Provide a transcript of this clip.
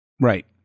right